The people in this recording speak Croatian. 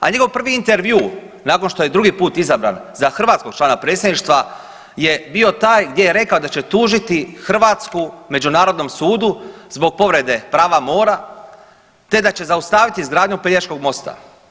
A njegov prvi intervju nakon što je drugi put izabran za hrvatskog člana predsjedništva je bio taj gdje je rekao da će tužiti Hrvatsku Međunarodnom sudu zbog povrede prava mora te da će zaustaviti izgradnju Pelješkog mosta.